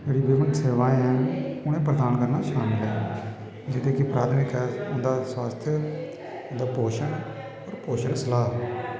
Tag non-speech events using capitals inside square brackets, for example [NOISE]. जेह्ड़ी गौरमैंट सेवाएं ऐ उ'नेंगी प्रादन करना शामल ऐ जेह्दे च कि [UNINTELLIGIBLE] ऐ उं'दा स्वास्थ उं'दा पोशन होर पोशन सलाह्